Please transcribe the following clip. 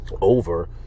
Over